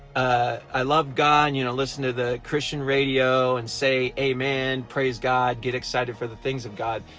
ah i love god, you know, listen to the christian radio and say amen, praise god, get excited for the things of god,